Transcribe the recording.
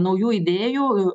naujų idėjų